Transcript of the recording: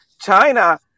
china